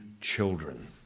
children